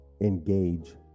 engage